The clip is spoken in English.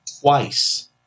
twice